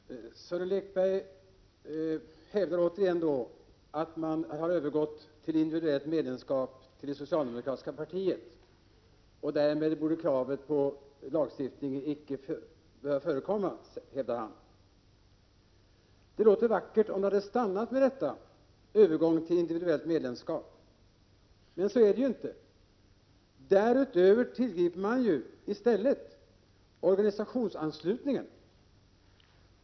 Herr talman! Sören Lekberg hävdar återigen att man har övergått till individuellt medlemskap i det socialdemokratiska partiet. Därmed borde krav på lagstiftning icke behöva förekomma, hävdar han. Det låter vackert, om man hade stannat vid en övergång till individuellt medlemskap, men så är det inte. Därutöver tillgriper man ju i stället organisationsanslutningen.